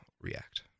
react